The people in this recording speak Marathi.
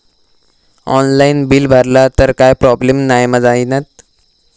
ऑनलाइन बिल भरला तर काय प्रोब्लेम नाय मा जाईनत?